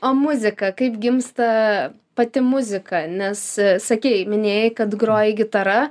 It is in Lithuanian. o muzika kaip gimsta pati muzika nes sakei minėjai kad groji gitara